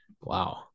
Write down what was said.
Wow